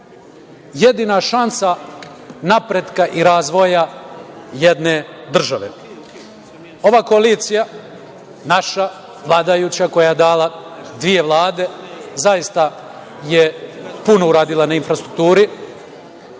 jedina šansa napretka i razvoja jedne države. Ova koalicija naša, vladajuća, koja je dala dve vlade je zaista puno uradila na infrastrukturi